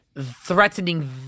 threatening